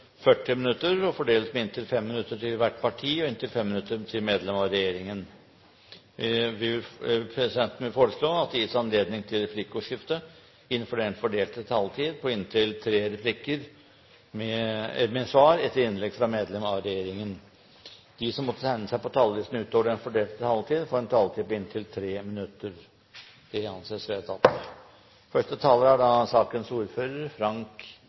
40 minutter og fordeles med inntil 5 minutter til hvert parti og inntil 5 minutter til medlem av regjeringen. Videre vil presidenten foreslå at det gis anledning til replikkordskifte på inntil tre replikker med svar etter innlegg fra medlem av regjeringen innenfor den fordelte taletid. Videre blir det foreslått at de som måtte tegne seg på talerlisten utover den fordelte taletid, får en taletid på inntil 3 minutter. – Det anses vedtatt. Første taler er Heikki Holmås, som er sakens ordfører.